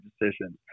decisions